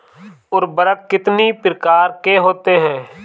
उर्वरक कितनी प्रकार के होते हैं?